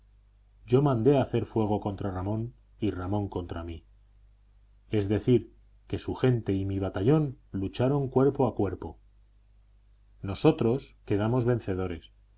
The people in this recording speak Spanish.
yo mandé hacer fuego contra ramón y ramón contra mí es decir que su gente y mi batallón lucharon cuerpo a cuerpo nosotros quedamos vencedores